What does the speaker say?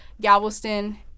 Galveston